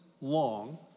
long